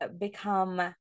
become